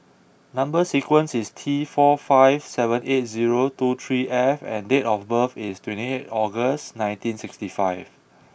number sequence is T four five seven eight zero two three F and date of birth is twenty eight August nineteen sixty five